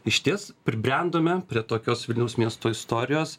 išties pribrendome prie tokios vilniaus miesto istorijos